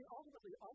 Ultimately